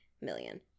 million